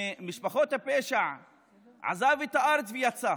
ממשפחות הפשע עזבו את הארץ ויצאו.